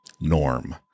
norm